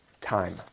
Time